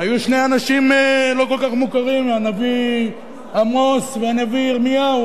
היו שני אנשים לא כל כך מוכרים: הנביא עמוס והנביא ירמיהו.